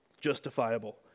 justifiable